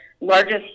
largest